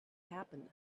happen